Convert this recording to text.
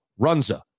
Runza